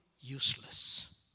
useless